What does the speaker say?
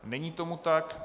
Není tomu tak.